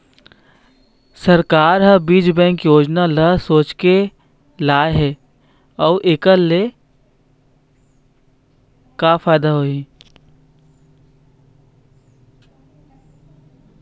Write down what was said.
सरकार ह बीज बैंक योजना ल का सोचके लाए हे अउ एखर ले का फायदा होही?